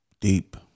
Deep